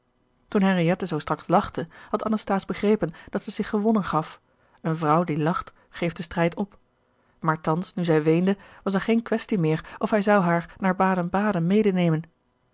toen henriette zoo straks lachte had anasthase begrepen dat zij zich gewonnen gaf eene vrouw die lacht geeft den strijd op maar thans nu zij weende was er geen questie meer of hij zou haar naar baden-baden medenemen